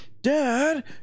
Dad